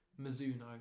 Mizuno